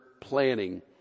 planning